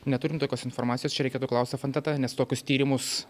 neturim tokios informacijos čia reikėtų klausti ef en t t nes tokius tyrimus